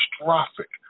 catastrophic